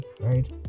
right